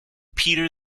peter